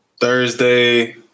Thursday